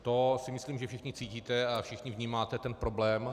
To si myslím, že všichni cítíte a vnímáte ten problém.